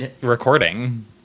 recording